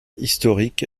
historique